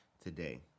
today